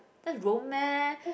that's Rome meh